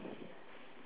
that's all